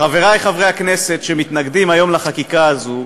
חברי חברי הכנסת שמתנגדים היום לחקיקה הזאת,